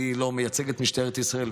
אני לא מייצג את משטרת ישראל,